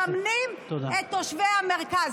אורלי לוי אבקסיס (הליכוד): מממנים את תושבי המרכז.